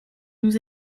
nous